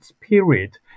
period